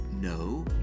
No